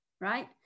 right